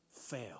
fail